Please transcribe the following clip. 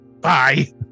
Bye